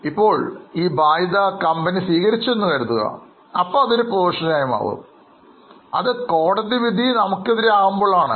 ഇപ്പോൾ ഈ ബാധ്യത കമ്പനി സ്വീകരിച്ചു എന്ന് കരുതുക അപ്പോൾ അതൊരു Provision ആയി മാറും അത് കോടതി വിധി നമുക്കെതിരെ ആകുമ്പോൾ ആണ്